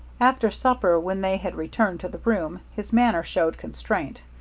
after supper, when they had returned to the room, his manner showed constraint.